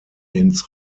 ins